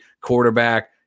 quarterback